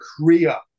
Korea